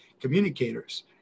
communicators